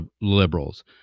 liberals